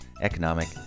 economic